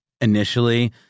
initially